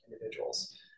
individuals